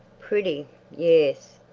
pretty yes,